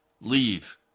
Leave